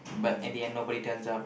but in the end nobody turns up